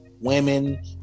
women